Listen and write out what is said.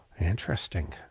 Interesting